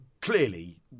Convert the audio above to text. clearly